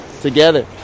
together